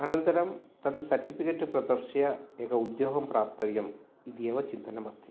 अनन्तरं तत् सर्टिफ़िकेट् प्रदर्श्य एकम् उद्योगं प्राप्तव्यम् इति एव चिन्तनम् अस्ति